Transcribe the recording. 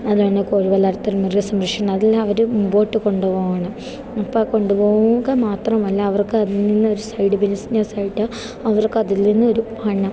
അതുപോലെത്തന്നെ കോഴിവളർത്തൽ മൃഗസംരക്ഷണം അതെല്ലാം അവർ മുമ്പോട്ട് കൊണ്ടുപോവുകയാണ് അപ്പം ആ കൊണ്ടുപോവുക മാത്രമല്ല അവർക്ക് അതിൽ നിന്നൊരു സൈഡ് ബിസിനെസ് ആയിട്ട് അവർക്ക് അതിൽനിന്നൊരു പണം